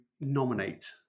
nominate